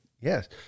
Yes